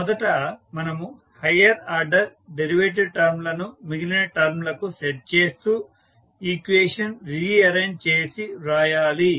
మొదట మనము higher order derivative term లను మిగిలిన టర్మ్ లకు సెట్ చేస్తూ ఈక్వేషన్ రీఅరేంజ్ చేసి రాయాలి